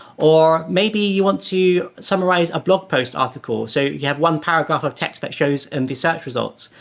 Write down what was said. or maybe you want to summarize a blog post article, so you have one paragraph of text that shows in the search results.